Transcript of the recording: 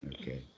okay